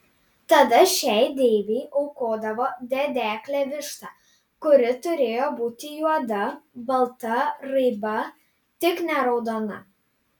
tada šiai deivei aukodavo dedeklę vištą kuri turėjo būti juoda balta raiba tik ne raudona